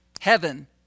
heaven